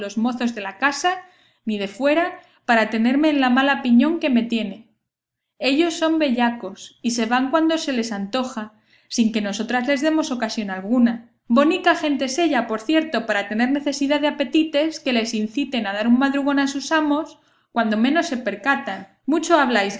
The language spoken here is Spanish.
de la casa ni de fuera para tenerme en la mala piñón que me tiene ellos son bellacos y se van cuando se les antoja sin que nosotras les demos ocasión alguna bonica gente es ella por cierto para tener necesidad de apetites que les inciten a dar un madrugón a sus amos cuando menos se percatan mucho habláis